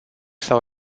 sau